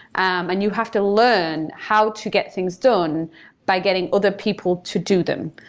and you have to learn how to get things done by getting other people to do them.